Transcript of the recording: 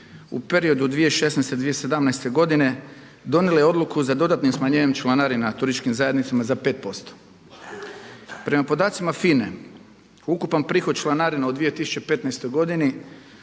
u periodu 2016.-2017. godine, donijela je odluku za dodatnim smanjenjem članarina turističkim zajednicama za 5 posto. Prema podacima FINA-e ukupan prihod članarina u 2015. godini